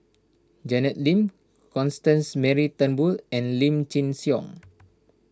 Janet Lim Constance Mary Turnbull and Lim Chin Siong